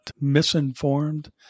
misinformed